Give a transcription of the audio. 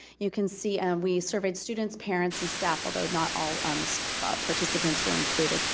you can see and we surveyed students, parents, and staff, although not all um so but participants were included.